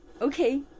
Okay